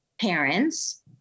parents